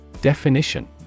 Definition